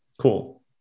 Cool